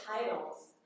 titles